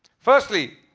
firstly.